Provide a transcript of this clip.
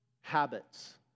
Habits